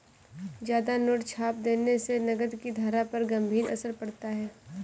ज्यादा नोट छाप देने से नकद की धारा पर गंभीर असर पड़ता है